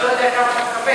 שאתה לא יודע מה אתה מקבל.